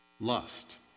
lust